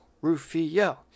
Rufio